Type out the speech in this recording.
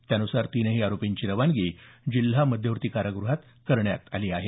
त्यानुसार तीनही आरोपींची खानगी जिल्हा मध्यवर्ती काराग्रहात करण्यात आली आहे